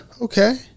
okay